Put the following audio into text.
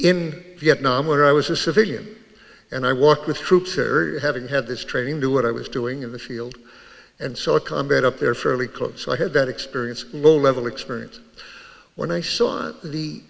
in vietnam where i was a civilian and i walked with troops area having had this training to what i was doing in the field and saw a combat up there fairly close so i had that experience low level experience when i saw